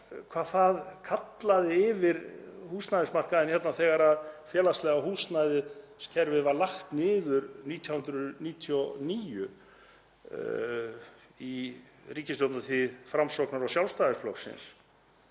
hvað það kallaði yfir húsnæðismarkaðinn þegar félagslega húsnæðiskerfið var lagt niður árið 1999 í ríkisstjórnartíð Framsóknar og Sjálfstæðisflokksins.